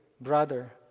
brother